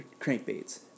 crankbaits